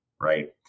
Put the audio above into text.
right